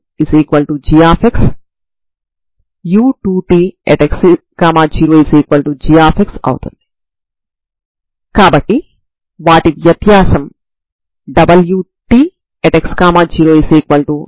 నేను డొమైన్ ని సాధారణంగా a నుండి b వరకు తీసుకున్నాను మరియు a 0b 0